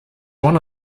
one